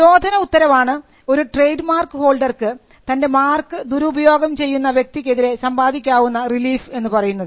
നിരോധന ഉത്തരവാണ് ഒരു ട്രേഡ് മാർക്ക് ഹോൾഡർക്ക് തൻറെ മാർക്ക് ദുരുപയോഗം ചെയ്യുന്ന വ്യക്തിക്കെതിരെ സമ്പാദിക്കാവുന്ന റിലീഫ് എന്ന് പറയുന്നത്